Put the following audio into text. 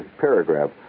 paragraph